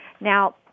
Now